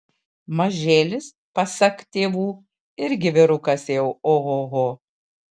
mažėlis pasak tėvų irgi vyrukas jau ohoho